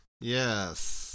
Yes